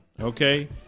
okay